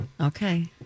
Okay